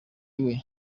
iwe